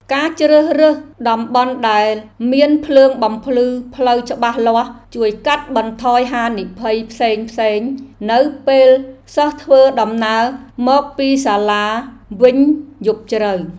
ការជ្រើសរើសតំបន់ដែលមានភ្លើងបំភ្លឺផ្លូវច្បាស់លាស់ជួយកាត់បន្ថយហានិភ័យផ្សេងៗនៅពេលសិស្សធ្វើដំណើរមកពីសាលាវិញយប់ជ្រៅ។